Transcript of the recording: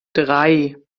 drei